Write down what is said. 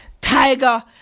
Tiger